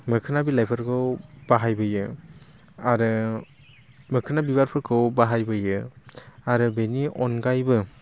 मोखोना बिलाइफोरखौ बाहायबोयो आरो मोखोना बिबारफोरखौ बाहायबोयो आरो बिनि अनगायैबो